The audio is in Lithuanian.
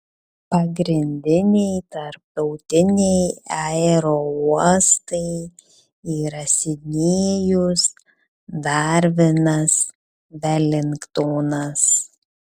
pagrindiniai tarptautiniai aerouostai yra sidnėjus darvinas velingtonas